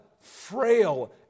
frail